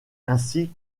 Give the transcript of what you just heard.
ainsi